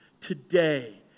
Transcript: Today